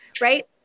right